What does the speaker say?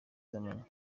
z’amanywa